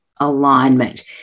alignment